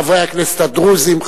חברי הכנסת הדרוזים.